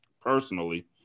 personally